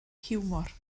hiwmor